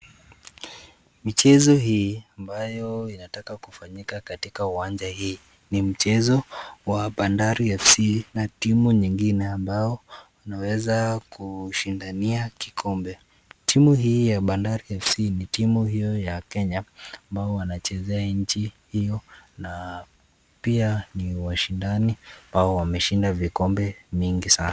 Michezo hii, ambayo unataka kufanyika katika kiwanja hii, ni mchezo wa bandari fc na timu nyingine , ambao wanaweza kushindania kikombe, timu hio ya bandari fc ni timu hio ya Kenya, ambao wanachezea nchi hio ,na pia ni washindani, hao wameshinda vikombe mingi sana.